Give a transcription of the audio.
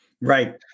Right